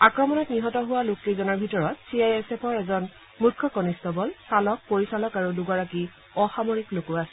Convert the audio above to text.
আক্ৰমণত নিহত হোৱা লোককেইজনৰ ভিতৰত চি আই এছ এফৰ এজন মুখ্য কনিষ্ঠবল চালক পৰিচালক আৰু দুগৰাকী অসামৰিক লোক আছে